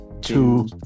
two